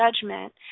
judgment